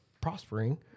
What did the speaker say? prospering